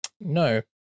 No